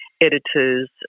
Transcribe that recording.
editors